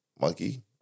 monkey